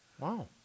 Wow